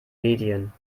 medien